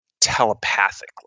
telepathically